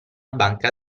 banca